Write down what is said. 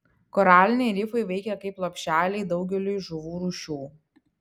koraliniai rifai veikia kaip lopšeliai daugeliui žuvų rūšių